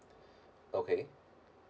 okay